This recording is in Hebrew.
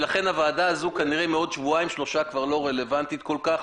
ולכן הוועדה הזו מעוד שבועיים-שלושה כבר לא רלבנטית כל כך,